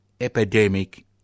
epidemic